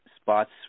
spots